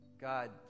God